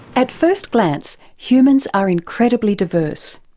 at first glance humans are incredibly diverse.